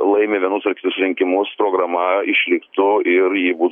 laimi vienus ar kitus rinkimus programa išliktų ir ji